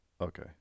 Okay